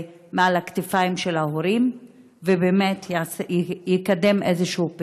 מעל הכתפיים של ההורים ויקדם איזשהו פתרון.